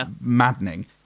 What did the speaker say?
maddening